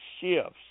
shifts